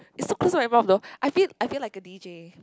it's so close to my mouth though I feel I feel like a D_J